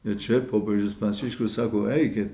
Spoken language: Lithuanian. ir čia popiežius pranciškus sako eikit